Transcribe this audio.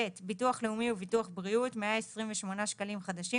ביטוח לאומי וביטוח בריאות - 128 שקלים חדשים,